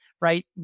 right